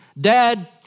dad